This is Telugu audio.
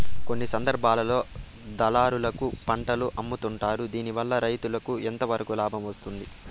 కొన్ని సందర్భాల్లో దళారులకు పంటలు అమ్ముతుంటారు దీనివల్ల రైతుకు ఎంతవరకు లాభం వస్తుంది?